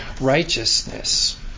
righteousness